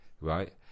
right